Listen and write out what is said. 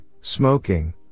smoking